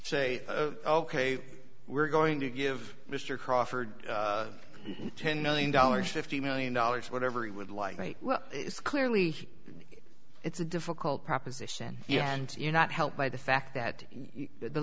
say ok we're going to give mr crawford ten million dollars fifty million dollars whatever he would like me well it's clearly it's a difficult proposition yeah and you're not helped by the fact that the